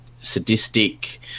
Sadistic